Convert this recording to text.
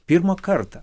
pirmą kartą